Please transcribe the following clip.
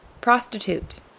Prostitute